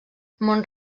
mont